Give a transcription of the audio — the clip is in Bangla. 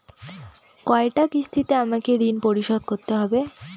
কয়টা কিস্তিতে আমাকে ঋণ পরিশোধ করতে হবে?